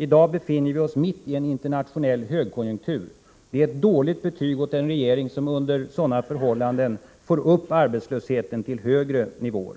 I dag befinner vi oss mitt i en internationell högkonjunktur. Det är ett dåligt resultat när en regering under sådana förhållanden får upp arbetslösheten till en högre nivå.